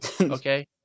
okay